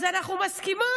אז אנחנו מסכימות